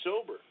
sober